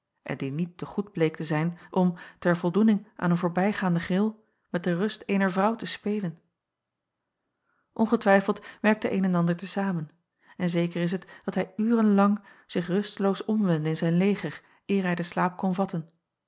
en die niet te goed bleek te zijn om ter voldoening aan een voorbijgaanden gril met de rust eener vrouw te spelen ongetwijfeld werkte een en ander te zamen en zeker is het dat hij uren lang zich rusteloos omwendde in zijn leger eer hij den slaap kon vatten